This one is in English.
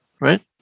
right